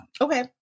Okay